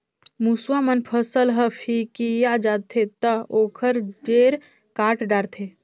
मूसवा मन फसल ह फिकिया जाथे त ओखर जेर काट डारथे